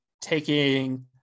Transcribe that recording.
taking